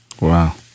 Wow